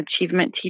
achievement